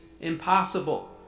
impossible